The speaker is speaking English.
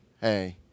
hey